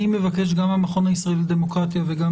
אני מבקש גם מהמכון הישראלי לדמוקרטיה וגם